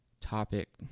topic